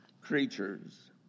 creatures